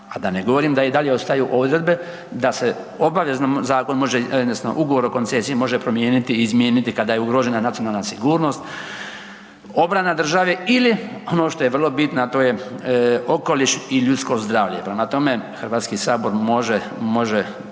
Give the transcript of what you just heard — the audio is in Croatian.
a da ne govorim da i dalje ostaju odredbe da se obavezno zakon može odnosno ugovor o koncesiji može promijeniti, izmijeniti kada je ugrožena nacionalna sigurnost, obrana države ili ono što je vrlo bitno, a to je okoliš i ljudsko zdravlje. Prema tome, Hrvatski sabor može,